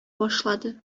башлады